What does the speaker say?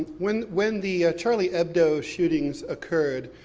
when when the charlie hebdo shootings occurred,